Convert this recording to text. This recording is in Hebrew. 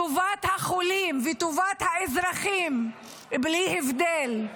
טובת החולים וטובת האזרחים, בלי הבדל של